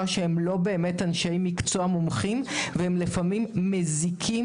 שהם לא באמת אנשי מקצוע מומחים והם לפעמים מזיקים